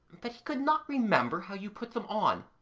but he could not remember how you put them on.